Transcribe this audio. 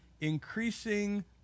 increasing